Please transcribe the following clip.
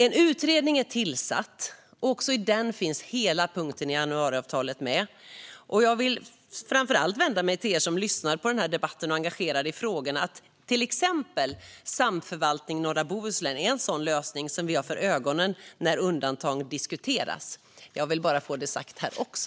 En utredning är tillsatt, och i den finns hela punkten i januariavtalet med. Jag vill framför allt vända mig till er som lyssnar på debatten och är engagerade i frågorna. Till exempel är Samförvaltning Norra Bohuslän en sådan lösning som vi har för ögonen när undantagen diskuteras. Jag vill bara få det sagt här också.